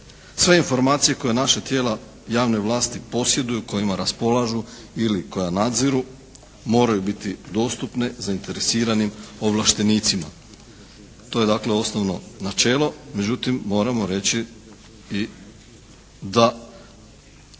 Sve informacije koje naša tijela javne vlasti posjeduju, kojima raspolažu ili koja nadziru moraju biti dostupne zainteresiranim ovlaštenicima. To je dakle osnovno načelo. Međutim moramo reći i da